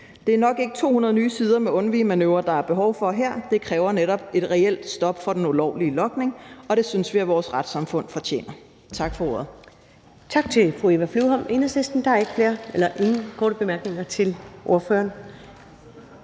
Det er nok ikke 200 nye sider med undvigemanøvrer, der er behov for her. Det kræver netop et reelt stop for den ulovlige logning, og det synes vi vores retssamfund fortjener. Tak for ordet. Kl. 15:34 Første næstformand (Karen Ellemann): Tak til fru Eva Flyvholm, Enhedslisten. Der er ingen korte bemærkninger til ordføreren.